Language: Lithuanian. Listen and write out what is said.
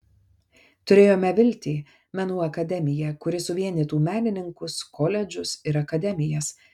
turėjome viltį menų akademiją kuri suvienytų menininkus koledžus ir akademijas